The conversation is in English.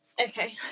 Okay